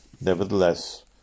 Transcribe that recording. nevertheless